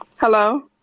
Hello